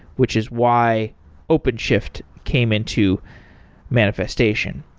which is why openshift came into manifestation.